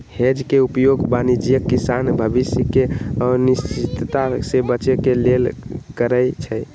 hedge के उपयोग वाणिज्यिक किसान भविष्य के अनिश्चितता से बचे के लेल करइ छै